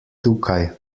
tukaj